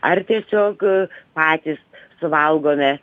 ar tiesiog patys suvalgome